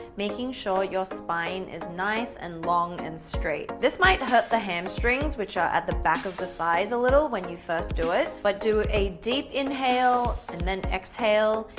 making sure your spine is nice and long and straight, this might hurt the hamstrings which are at the back of the thighs a little when you first do it, but do a deep inhale and then exhale,